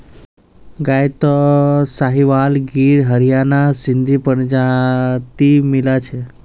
गायत साहीवाल गिर हरियाणा सिंधी प्रजाति मिला छ